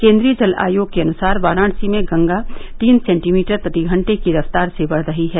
केन्द्रीय जल आयोग के अनुसार वाराणसी में गंगा तीन सेंटीमीटर प्रति घंटे के रफ्तार से बढ़ रही है